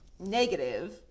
negative